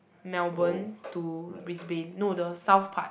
Melbourne to Brisbane no the south part